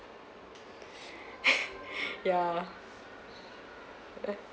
yeah